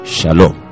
Shalom